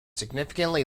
significantly